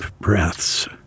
breaths